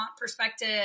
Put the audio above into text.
perspective